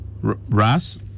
Ras